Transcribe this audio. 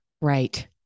Right